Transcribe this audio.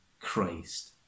Christ